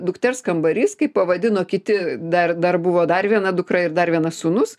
dukters kambarys kaip pavadino kiti dar dar buvo dar viena dukra ir dar vienas sūnus